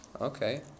Okay